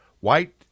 white